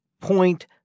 point